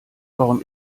warum